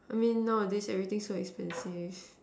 I mean nowadays everything so expensive